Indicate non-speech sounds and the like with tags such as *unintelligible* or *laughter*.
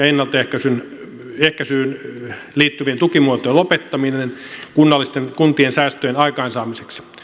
*unintelligible* ennaltaehkäisyyn liittyvien tukimuotojen lopettaminen kuntien säästöjen aikaansaamiseksi